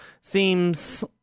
seems